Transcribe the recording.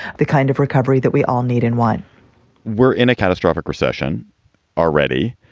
the kind of recovery that we all need in one we're in a catastrophic recession already.